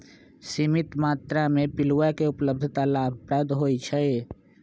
सीमित मत्रा में पिलुआ के उपलब्धता लाभप्रद होइ छइ